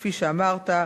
כפי שאמרת,